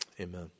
amen